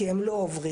כי הם לא עוברים,